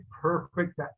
perfect